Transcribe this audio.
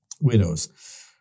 widows